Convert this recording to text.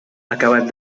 acabat